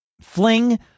Fling